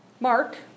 Mark